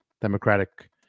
democratic